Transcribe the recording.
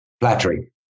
flattery